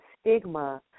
stigma